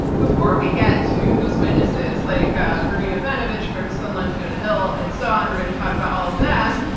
before we get to those witnesses, like ah marie yovanovitch, gordon sondland, fiona hill and so on, we're going to talk about all of them,